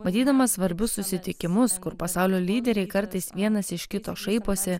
matydamas svarbius susitikimus kur pasaulio lyderiai kartais vienas iš kito šaiposi